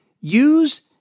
use